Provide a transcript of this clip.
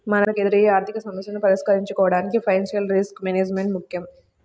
మనకెదురయ్యే ఆర్థికసమస్యలను పరిష్కరించుకోడానికి ఫైనాన్షియల్ రిస్క్ మేనేజ్మెంట్ ముక్కెం